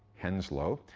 henslow,